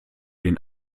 den